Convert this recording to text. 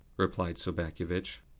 replied sobakevitch.